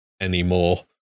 anymore